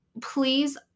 Please